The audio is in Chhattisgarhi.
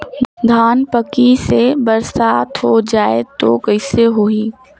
धान पक्की से बरसात हो जाय तो कइसे हो ही?